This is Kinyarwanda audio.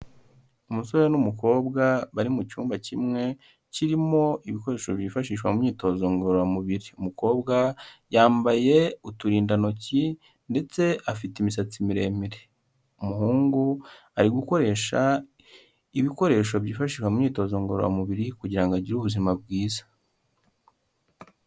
Umusore n'umukobwa bari mu cyumba kimwe kirimo ibikoresho byifashishwa mu myitozo ngororamubiri, umukobwa yambaye uturindantoki ndetse afite imisatsi miremire, umuhungu ari gukoresha ibikoresho byifashishwa imyitozo ngororamubiri kugira ngo agire ubuzima bwiza.